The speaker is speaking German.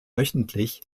wöchentlich